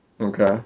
Okay